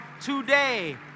today